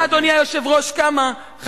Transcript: שהצבעה לא תתקיים?